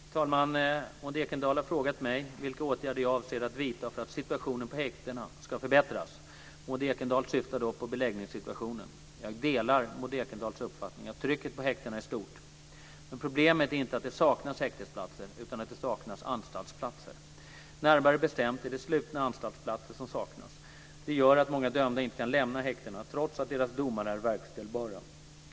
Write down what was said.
Fru talman! Maud Ekendahl har frågat mig vilka åtgärder jag avser att vidta för att situationen på häktena ska förbättras. Maud Ekendahl syftar då på beläggningssituationen. Jag delar Maud Ekendahls uppfattning att trycket på häktena är stort. Men problemet är inte att det saknas häktesplatser utan att det saknas anstaltsplatser. Närmare bestämt är det slutna anstaltsplatser som saknas. Det gör att många dömda inte kan lämna häktena trots att deras domar är verkställbara.